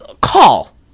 Call